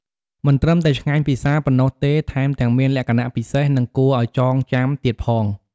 មិនត្រឹមតែឆ្ងាញ់ពិសាប៉ុណ្ណោះទេ ថែមទាំងមានលក្ខណៈពិសេស និងគួរឱ្យចងចាំទៀតផង។